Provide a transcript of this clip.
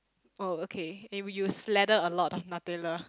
oh okay and you slather a lot of Nutella